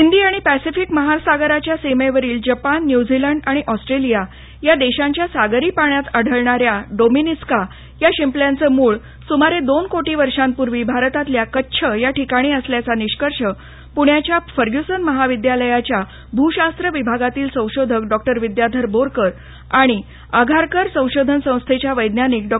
हिंदी आणि पॅसिफिक महासागराच्या सीमेवरील जपान न्युझीलँड आणि ऑस्ट्रेलिया या देशांच्या सागरी पाण्यात आढळणाऱ्या डोमीनिस्का शिंपल्यांचं मूळ सुमारे दोन कोटी वर्षांपूर्वी भारतातल्या कच्छ या ठिकाणी असल्याचा निष्कर्ष पुण्याच्या फर्ग्युसन महाविद्यालयाच्या भूशास्त्र विभागातील संशोधक डॉक्टर विद्याधर बोरकर आणि आघारकर संशोधन संस्थेच्या वैज्ञानिक डॉ